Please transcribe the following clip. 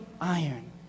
iron